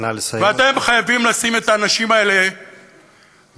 ואתם חייבים לשים את האנשים האלה במקום